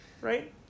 right